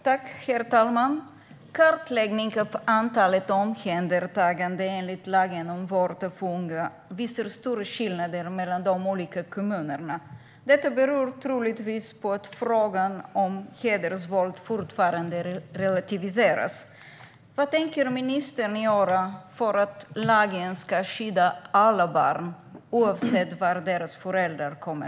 Herr talman! Kartläggningen av antalet omhändertaganden enligt lagen om vård av unga visar på stora skillnader mellan de olika kommunerna. Detta beror troligtvis på att frågan om hedersvåld fortfarande relativiseras. Vad tänker ministern göra för att lagen ska skydda alla barn, oavsett varifrån deras föräldrar kommer?